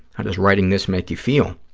how does writing this make you feel?